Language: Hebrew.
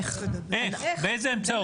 איך, באיזה אמצעות?